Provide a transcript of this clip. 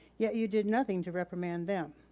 yet you did nothing to reprimand them.